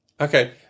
Okay